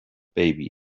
baby